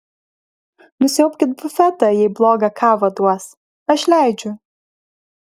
nusiaubkit bufetą jei blogą kavą duos aš leidžiu